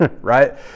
right